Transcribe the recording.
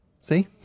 See